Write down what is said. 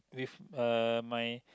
with uh my